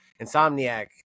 insomniac